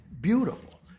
beautiful